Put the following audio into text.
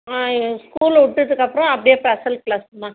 ஆ எங்கள் ஸ்கூலு விட்டதுக்கப்பறம் அப்டி ஸ்பெஷல் க்ளாஸ்ம்மா